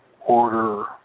order